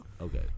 Okay